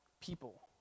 people